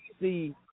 see